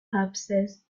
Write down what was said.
purposes